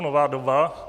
Nová doba.